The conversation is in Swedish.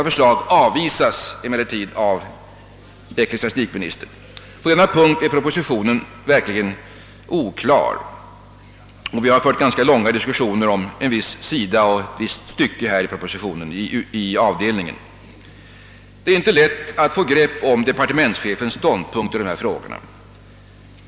Förslaget avvisas av ecklesiastikministern, men på denna punkt är propositionen verkligen oklar — vi har i avdelningen fört ganska långa diskussioner om en viss sida och ett visst stycke. Det är inte lätt att få grepp om departementschefens ståndpunkt i dessa frågor.